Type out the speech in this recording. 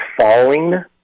falling